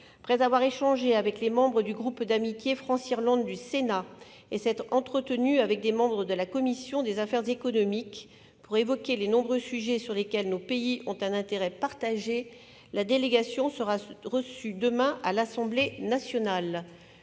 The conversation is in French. Après avoir échangé avec les membres du groupe d'amitié France-Irlande du Sénat et s'être entretenue avec des membres de la commission des affaires économiques pour évoquer les nombreux sujets sur lesquels nos pays ont un intérêt partagé, la délégation sera reçue demain à l'Assemblée nationale.